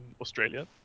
Australia